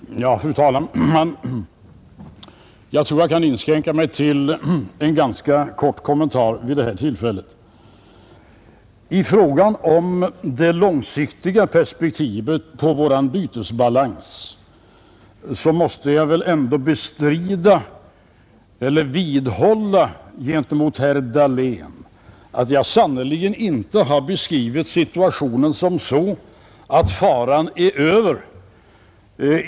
Fru talman! Jag tror jag kan inskränka mig till en ganska kort kommentar vid detta tillfälle. I fråga om det långsiktiga perspektivet på vår bytesbalans måste jag gentemot herr Dahlén vidhålla att jag inte beskrivit situationen som om faran vore över.